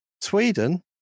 Sweden